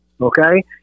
okay